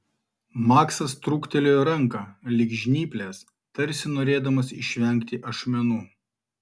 maksas trūktelėjo ranką lyg žnyples tarsi norėdamas išvengti ašmenų